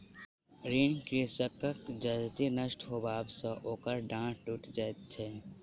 ऋणी कृषकक जजति नष्ट होयबा सॅ ओकर डाँड़ टुइट जाइत छै